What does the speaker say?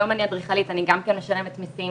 היום אני אדריכלית ואני גם כן משלמת מיסים,